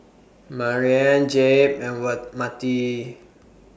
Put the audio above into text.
Marianne Jeb and Matie